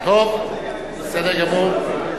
טוב, בסדר גמור.